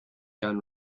gun